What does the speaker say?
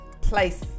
place